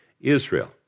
Israel